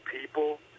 people